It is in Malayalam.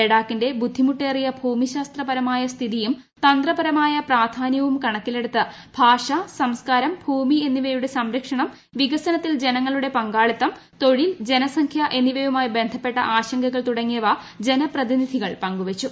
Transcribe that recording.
ലഡാക്കിന്റെ ബുദ്ധിമുട്ടേറിയ ഭൂമിശാസ്ത്രപരമായ സ്ഥിതിയും തന്ത്രപരമായ പ്രാധാന്യവും കണക്കിലെടുത്ത് ഭാഷ സംസ്കാരം ഭൂമി എന്നിവയുടെ സംരക്ഷണം വികസനത്തിൽ ജനങ്ങളുടെ പങ്കാളിത്തം തൊഴിൽ ജനസംഖ്യ എന്നിവയുമായി ബന്ധപ്പെട്ട ആശങ്കകൾ തുടങ്ങിയവ ജനപ്രതിനിധികൾ പങ്കുവച്ചു